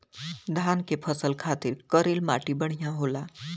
धान के फसल खातिर करील माटी बढ़िया होला